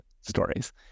stories